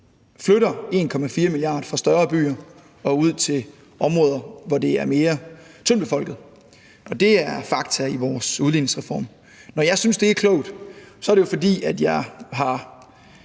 flytter 1,4 mia. kr. fra større byer og ud til områder, som er mere tyndtbefolkede, og det er fakta i vores udligningsreform. Når jeg synes, det er klogt, er det jo, fordi jeg er